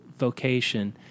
vocation